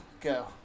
Go